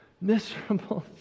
miserable